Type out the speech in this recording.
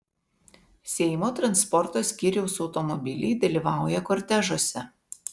seimo transporto skyriaus automobiliai dalyvauja kortežuose